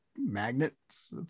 magnets